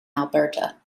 alberta